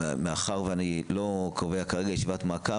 מאחר ואני לא קובע כרגע ישיבת מעקב,